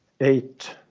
eight